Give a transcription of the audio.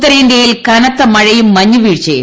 ഉത്തരേന്ത്യയിൽ കനത്ത മഴയും മഞ്ഞ് വീഴ്ചയും